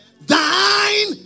thine